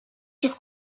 sur